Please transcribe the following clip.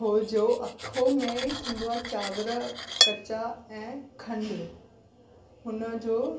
अखो जो अखो में थींदो आहे चांवर कचा ऐं खंड हुनजो